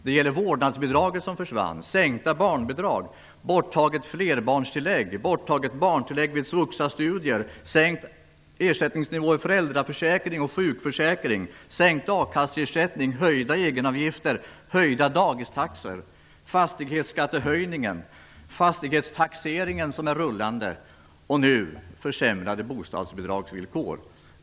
Det gäller vårdnadsbidraget som försvann, sänkta barnbidrag, borttaget flerbarnstillägg, borttaget barntillägg vid svuxa-studier, sänkt ersättningsnivå i föräldraförsäkringen och sjukförsäkringen, sänkt a-kasseersättning, höjda egenavgifter, höjda dagistaxor, fastighetsskattehöjningen, fastighetstaxeringen som är rullande och nu försämrade bostadsbidragsvillkor.